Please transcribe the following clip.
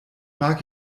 mag